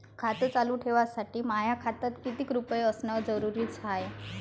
खातं चालू ठेवासाठी माया खात्यात कितीक रुपये असनं जरुरीच हाय?